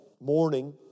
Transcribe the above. morning